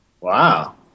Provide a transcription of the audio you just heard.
Wow